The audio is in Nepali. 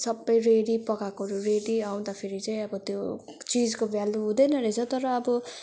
सबै रेडी पकाएकोहरू रेडी आउँदाखेरि चाहिँ अब त्यो चिजको भ्यालू हुँदैन रहेछ तर अब